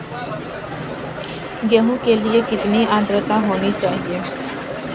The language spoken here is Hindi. गेहूँ के लिए कितनी आद्रता होनी चाहिए?